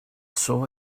saw